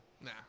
Nah